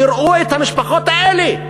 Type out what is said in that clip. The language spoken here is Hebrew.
יראו את המשפחות האלה,